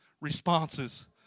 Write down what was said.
responses